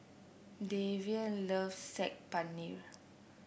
Deven loves Saag Paneer